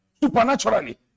Supernaturally